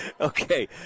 Okay